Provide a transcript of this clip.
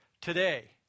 Today